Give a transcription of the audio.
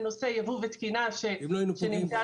-- את הרפורמה הכי מרכזית כרגע בנושא ייבוא ותקינה שנמצאה